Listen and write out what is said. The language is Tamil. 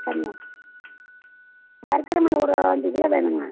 சரிங்க வறுக்கிற மீன் ஒரு அஞ்சு கிலோ வேணுங்க